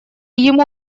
ему